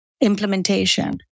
implementation